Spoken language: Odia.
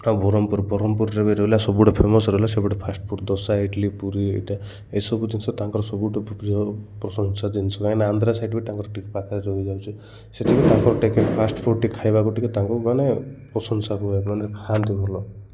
ଆଉ ବରହପୁର ବରହପୁରରେ ବି ରହିଲା ସବୁଠୁ ଫେମସ ରହିଲେ ସେପଟେ ଫାଷ୍ଟଫୁଡ଼ ଦୋସା ଇଡ଼ଲି ପୁରୀ ଇଟା ଏସବୁ ଜିନିଷ ତାଙ୍କର ସବୁଠୁ ପ୍ରିୟ ପ୍ରଶଂସା ଜିନିଷ କାହିଁକି ଆନ୍ଧ୍ରା ସାଇଡ଼ ବି ତାଙ୍କର ଟିକେ ପାଖରେ ରହିଯାଉଛି ସେଥିପାଇଁ ତାଙ୍କର ଟିକେ ଫାଷ୍ଟଫୁଡ଼ ଟିକେ ଖାଇବାକୁ ଟିକେ ତାଙ୍କୁ ମାନେ ପ୍ରଶଂସା ମାନେ ଖାଆନ୍ତି ଭଲ